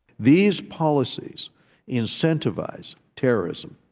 these policies incentavize terrorists. and